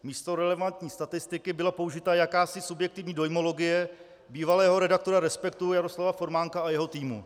Místo relevantní statistiky byla použita jakási subjektivní dojmologie bývalého redaktora Respektu Jaroslava Formánka a jeho týmu.